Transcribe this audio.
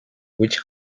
which